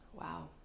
Wow